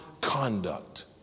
conduct